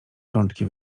rączki